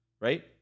right